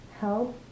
help